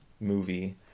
movie